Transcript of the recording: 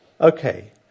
Okay